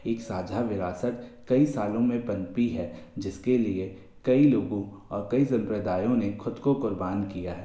एक साझा विरासत कई सालों में पनपी है जिस के लिए कई लोगों और कई सम्प्रदायों ने ख़ुद को क़ुर्बान किया है